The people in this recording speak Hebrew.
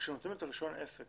כשנותנים את רישיון העסק